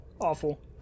Awful